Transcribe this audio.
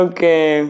Okay